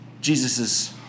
Jesus's